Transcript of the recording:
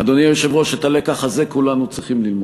אדוני היושב-ראש, את הלקח הזה כולנו צריכים ללמוד,